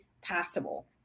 possible